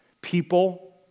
People